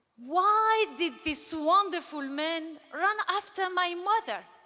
why did this wonderful man run after my mother?